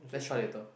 let's try later